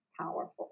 powerful